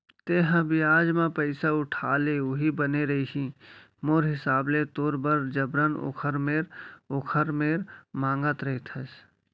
तेंहा बियाज म पइसा उठा ले उहीं बने रइही मोर हिसाब ले तोर बर जबरन ओखर मेर ओखर मेर मांगत रहिथस